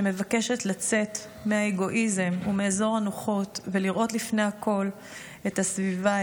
שמבקשת לצאת מהאגואיזם ומאזור הנוחות ולראות לפני הכול את הסביבה,